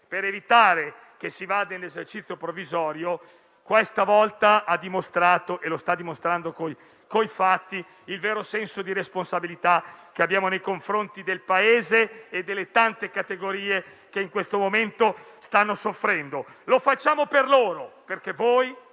per evitare l'esercizio provvisorio, questa volta abbiamo dimostrato con i fatti il vero senso di responsabilità che abbiamo nei confronti del Paese e delle tante categorie che in questo momento stanno soffrendo. Lo facciamo per loro, perché voi